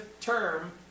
term